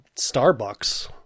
Starbucks